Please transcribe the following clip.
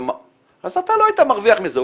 אז אתה לא היית מרוויח מזה,